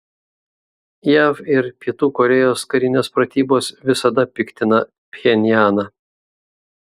jav ir pietų korėjos karinės pratybos visada piktina pchenjaną